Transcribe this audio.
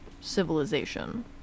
civilization